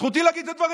זכותי להגיד את הדברים.